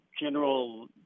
general